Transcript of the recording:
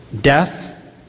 death